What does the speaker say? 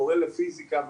מורה לפיזיקה,